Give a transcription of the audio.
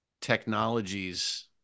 technologies